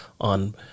on